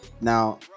now